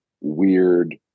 weird